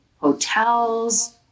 hotels